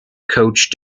coach